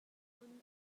phun